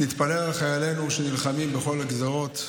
נתפלל על חיילינו שנלחמים בכל הגזרות,